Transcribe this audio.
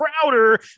Crowder